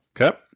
Okay